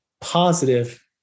positive